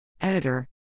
Editor